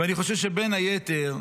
ואני חושב שבין היתר,